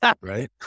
right